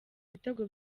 ibitego